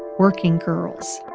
working girls.